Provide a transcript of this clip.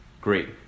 Great